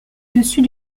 dessus